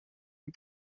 amb